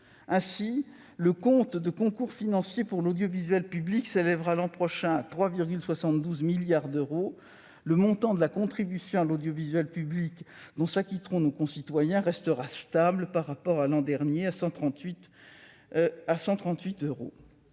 Ainsi, le compte de concours financiers pour l'audiovisuel public s'élèvera l'an prochain à 3,72 milliards d'euros. Le montant de la contribution à l'audiovisuel public dont s'acquitteront nos concitoyens restera stable par rapport à l'an dernier, à 138 euros.